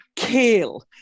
kale